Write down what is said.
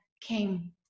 came